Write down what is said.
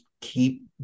keep